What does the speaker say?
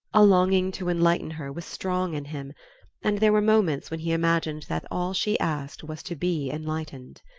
a longing to enlighten her was strong in him and there were moments when he imagined that all she asked was to be enlightened.